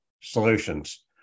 solutions